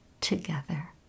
together